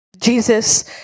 Jesus